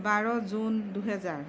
বাৰ June দুহেজাৰ